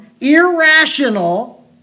irrational